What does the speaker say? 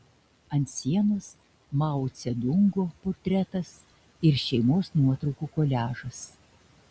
ant sienos mao dzedungo portretas ir šeimos nuotraukų koliažas